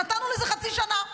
נתנו לזה חצי שנה.